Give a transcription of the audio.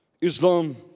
Islam